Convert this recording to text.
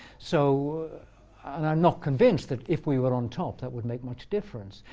so and i'm not convinced that if we were on top that would make much difference.